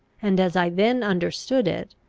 and, as i then understood it,